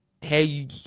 hey